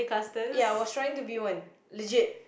ya I was trying to be one legit